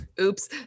Oops